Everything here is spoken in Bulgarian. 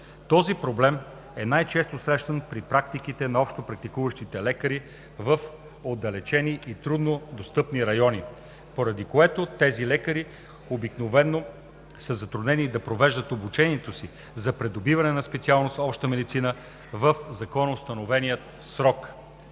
Този проблем е най-често срещан при практиките на общопрактикуващите лекари в отдалечени и труднодостъпни райони, поради което тези лекари обикновено са затруднени да провеждат обучението си за придобиване на специалност „Обща медицина“ в законоустановения срок.